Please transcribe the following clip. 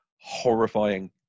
horrifying